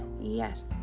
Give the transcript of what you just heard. Yes